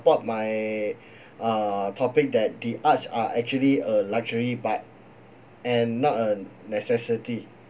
support my uh topic that the arts are actually a luxury but and not a necessity